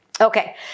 Okay